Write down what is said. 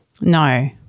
No